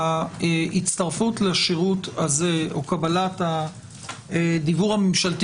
ההצטרפות לשירות הזה או קבלת הדיוור הממשלתי